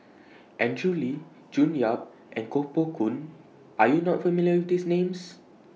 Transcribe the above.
Andrew Lee June Yap and Koh Poh Koon Are YOU not familiar with These Names